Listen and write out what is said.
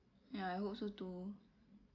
ya I hope so too